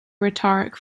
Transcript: rhetoric